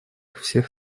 всех